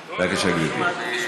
בבקשה, גברתי.